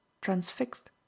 transfixed